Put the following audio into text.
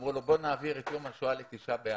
אמרו לו, בוא נעביר את יום השואה ל-ט' באב.